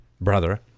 brother